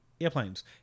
Airplanes